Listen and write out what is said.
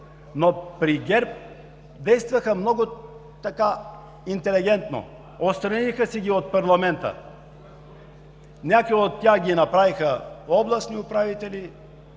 но при ГЕРБ действаха много интелигентно, отстраниха си ги от парламента. Някои от тях ги направиха областни управители,